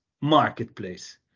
marketplace